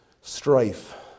Strife